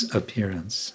appearance